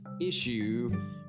issue